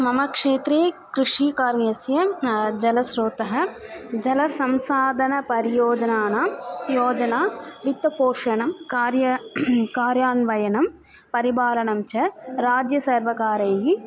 मम क्षेत्रे कृषिकार्यस्य जलस्रोतः जलसंसाधनपरियोजनानां योजनावित्तपोषणं कार्यं कार्यान्वयनं परिपालनं च राज्यसर्वकारैः